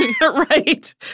Right